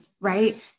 right